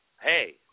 Hey